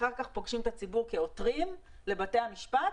אחר כך פוגשים את הציבור כעותרים לבתי המשפט,